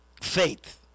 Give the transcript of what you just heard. Faith